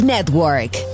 Network